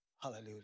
Hallelujah